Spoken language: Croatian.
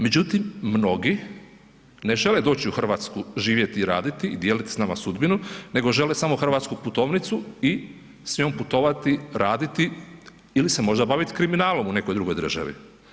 Međutim, mnogi ne žele doći u Hrvatsku živjeti i raditi i dijeliti s nama sudbinu nego žele samo hrvatsku putovnicu i s njom putovati, raditi ili se možda baviti kriminalnom u nekoj drugoj državi.